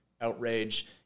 outrage